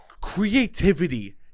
Creativity